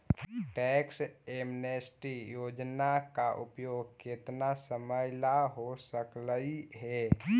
tax amnesty योजना का उपयोग केतना समयला हो सकलई हे